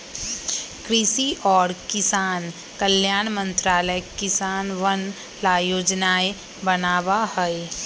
कृषि और किसान कल्याण मंत्रालय किसनवन ला योजनाएं बनावा हई